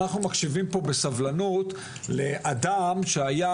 אנחנו מקשיבים פה בסבלנות לאדם שהיה